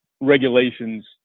regulations